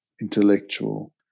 intellectual